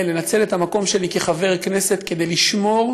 לנצל את המקום שלי כחבר כנסת כדי לשמור